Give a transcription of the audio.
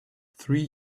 three